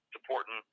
supporting